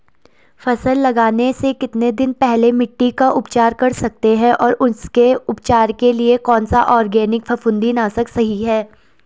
फसल लगाने से कितने दिन पहले मिट्टी का उपचार कर सकते हैं और उसके उपचार के लिए कौन सा ऑर्गैनिक फफूंदी नाशक सही है?